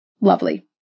lovely